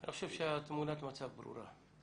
אני חושב שתמונת המצב ברורה.